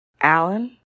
Alan